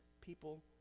people